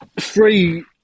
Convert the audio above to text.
Three